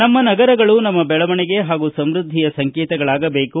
ನಮ್ಮ ನಗರಗಳು ನಮ್ಮ ಬೆಳವಣಿಗೆ ಹಾಗೂ ಸಮೃದ್ಧಿಯ ಸಂಕೇತಗಳಾಗಬೇಕು